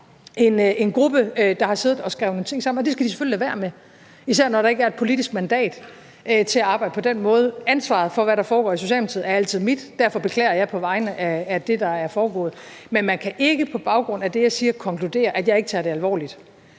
en gruppe, der har siddet og skrevet nogle ting sammen, og det skal de selvfølgelig lade være med, især når der ikke er et politisk mandat til at arbejde på den måde. Ansvaret for, hvad der foregår i Socialdemokratiet, er altid mit, og derfor beklager jeg det, der er foregået. Men man kan ikke på baggrund af det, jeg siger, konkludere, at jeg ikke tager det alvorligt.